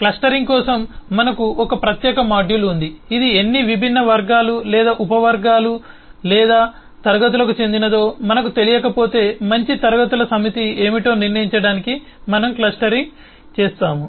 clustering కోసం మనకు ఒక ప్రత్యేక మాడ్యూల్ ఉంటుంది ఇది ఎన్ని విభిన్న వర్గాలు లేదా ఉప వర్గాలు లేదా క్లాస్ లకు చెందినదో మనకు తెలియకపోతే మంచి క్లాస్ ల సమితి ఏమిటో నిర్ణయించడానికి మనం క్లస్టరింగ్ చేస్తాము